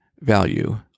value